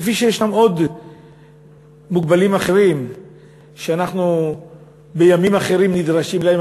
כפי שישנם עוד מוגבלים אחרים שאנחנו בימים אחרים נדרשים להם,